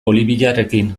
boliviarrekin